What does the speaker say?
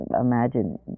imagine